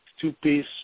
two-piece